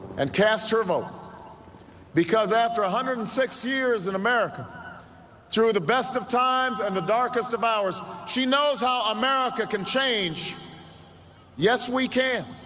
and cast her vote because after a hundred and six years in america through the best of times and the darkest of hours she knows how america can change yes we can